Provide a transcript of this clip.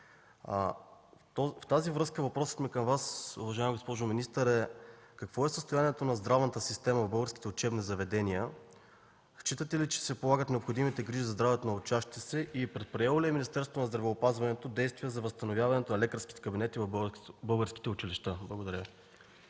В тази връзка въпросът ми към Вас, уважаема госпожо министър, е: какво е състоянието на здравната система в българските учебни заведения? Считате ли, че се полагат необходимите грижи за здравето на учащите се и предприело ли е Министерството на здравеопазването действия за възстановяването на лекарските кабинети в българските училища? Благодаря Ви.